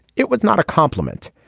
it was not a compliment.